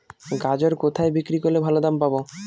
গাজর কোথায় বিক্রি করলে ভালো দাম পাব?